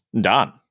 done